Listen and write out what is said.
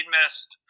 missed